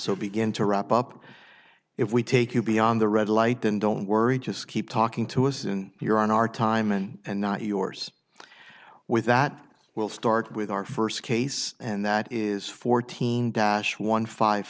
so begin to wrap up if we take you beyond the red light then don't worry just keep talking to us and you're on our time and and not yours with that we'll start with our first case and that is fourteen dash one five